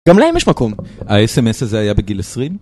גם להם יש מקום. הסמס הזה היה בגיל 20?